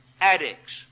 addicts